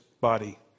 body